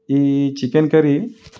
ఈ chicken curry